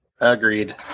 Agreed